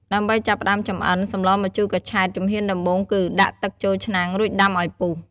ដើម្បីចាប់ផ្តើមចម្អិន សម្លម្ជូរកញ្ឆែត ជំហានដំបូងគឺ ដាក់ទឹកចូលឆ្នាំង រួចដាំឲ្យពុះ។